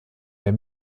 der